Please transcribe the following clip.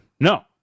No